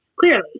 clearly